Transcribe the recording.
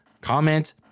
comment